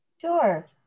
sure